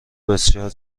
بسیار